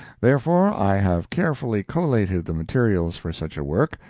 therefore, i have carefully collated the materials for such a work,